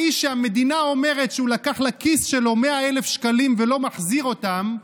האיש שהמדינה אומרת שהוא לקח לכיס שלו 100,000 שקלים ולא מחזיר אותם,